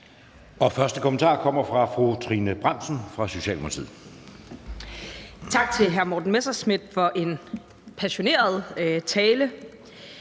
første kommentar kommer fra fru Trine Bramsen fra Socialdemokratiet. Kl. 19:50 Trine Bramsen (S): Tak til hr. Morten Messerschmidt for en passioneret tale